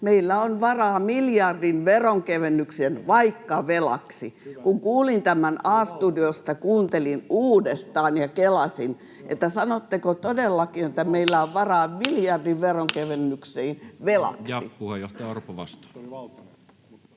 meillä on varaa miljardin veronkevennyksiin vaikka velaksi? Kun kuulin tämän A-Studiosta, kuuntelin uudestaan ja kelasin, sanotteko todellakin, että meillä on varaa miljardin veronkevennyksiin velaksi. [Speech 90] Speaker: